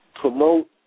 promote